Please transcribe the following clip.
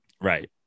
Right